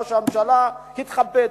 ראש הממשלה התחבט,